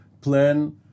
plan